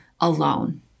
alone